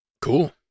Cool